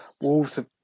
Wolves